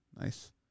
Nice